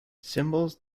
symbols